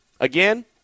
again